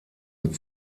mit